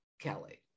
Kelly